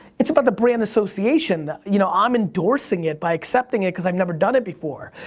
it's about the brand association. you know i'm endorsing it by accepting it cause i've never done it before.